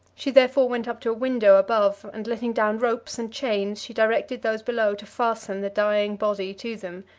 she therefore went up to a window above, and letting down ropes and chains, she directed those below to fasten the dying body to them,